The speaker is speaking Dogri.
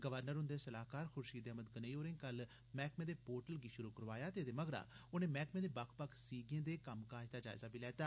गवर्नर हुंदे सलाहकार खुर्शीद अहमद गनेई होरें कल मैहकमे दे पोर्टल गी शुरु करोआया ते एहदे मगरा उनें मैह्कमे दे बक्ख बक्ख सीगें दे कम्मकाज दा जायजा बी लैता